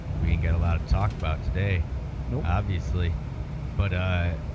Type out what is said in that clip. we and get a lot of talk about today no obviously but ah